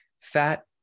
Fat